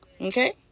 Okay